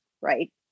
Right